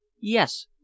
Yes